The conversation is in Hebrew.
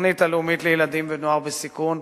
התוכנית הלאומית לילדים ונוער בסיכון,